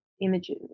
images